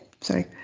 Sorry